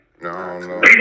No